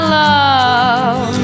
love